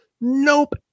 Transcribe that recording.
Nope